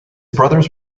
brothers